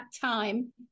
time